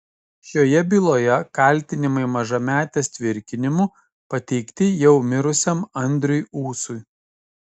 šioje byloje kaltinimai mažametės tvirkinimu pateikti jau mirusiam andriui ūsui